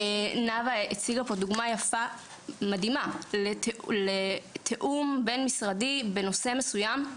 נאוה הציגה כאן תוכנית יפה ומדהימה לתיאום בין משרדי בנושא מסוים.